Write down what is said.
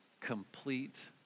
complete